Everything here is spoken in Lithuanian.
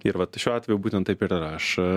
ir vat šiuo atveju būtent taip ir yra aš